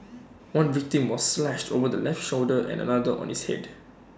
one victim was slashed over his left shoulder and another on his Head